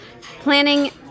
Planning